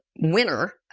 winner